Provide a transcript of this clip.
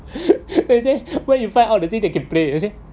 then he say where you find out the thing we can play is it